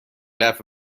left